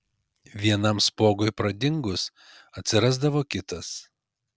vienam spuogui pradingus atsirasdavo kitas